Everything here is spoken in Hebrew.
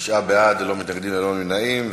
תשעה בעד, ללא מתנגדים, ללא נמנעים.